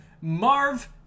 Marv